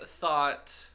thought